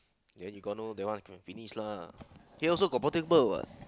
then you got no that one is gonna finish lah he also got portable what